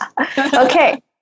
Okay